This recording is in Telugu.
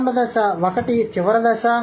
ప్రారంభ దశ 1 చివరి దశ